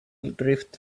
drift